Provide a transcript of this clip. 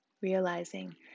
realizing